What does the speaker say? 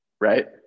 right